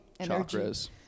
chakras